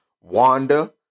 Wanda